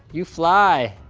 you fly.